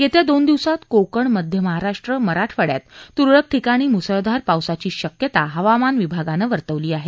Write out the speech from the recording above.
येत्या दोन दिवसात कोकण मध्य महाराष्ट्र मराठवाड्यात तुरळक ठिकाणी मुसळधार पावसाची शक्यता हवामान विभागानं वर्तवली आहे